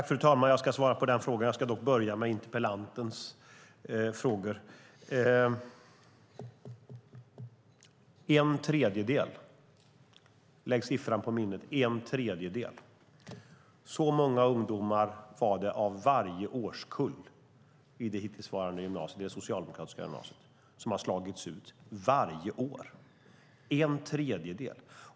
Fru talman! Jag ska svara på den frågan. Jag ska dock börja interpellantens frågor. En tredjedel av varje årskull i det hittillsvarande, socialdemokratiska gymnasiet - så många ungdomar var det, lägg siffran på minnet - har slagits ut varje år. Det är en tredjedel.